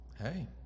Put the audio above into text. Hey